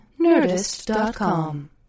Nerdist.com